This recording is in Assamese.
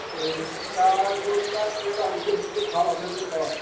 এই ইটা কি এটা আনিছে পিছে ভাল আছে বুলি কয়